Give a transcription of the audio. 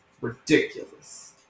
ridiculous